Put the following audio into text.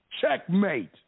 Checkmate